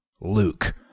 Luke